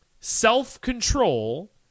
self-control